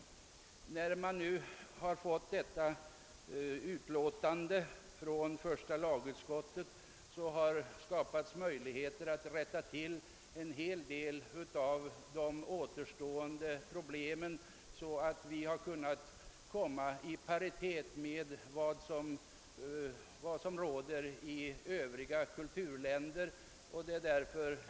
Genom första lagutskottets förevarande utlåtande har möjligheter nu skapats att komma till rätta med återstående problem, och vi kan nu komma i paritet med övriga kulturländer.